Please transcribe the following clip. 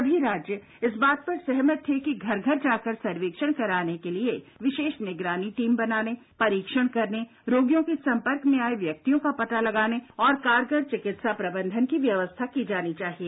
समी राज्य इस बात पर सहमत थे कि घर घर जाकर सर्वेक्षण कराने के लिए विशेष निगरानी टीम बनाने परीक्षण करने रोगियों के संपर्क में आए व्यक्तियों का पता लागने और कारगर चिकित्सा प्रबंधन की व्यवस्था की जानी चाहिए